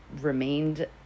remained